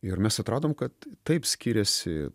ir mes atradom kad taip skiriasi